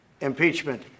impeachment